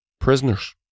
prisoners